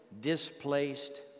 displaced